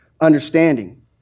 understanding